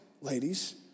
ladies